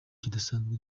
kidasanzwe